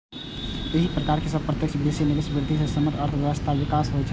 एहि प्रकार सं प्रत्यक्ष विदेशी निवेश मे वृद्धि सं संपूर्ण अर्थव्यवस्थाक विकास होइ छै